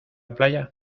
playa